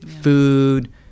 food